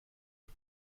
est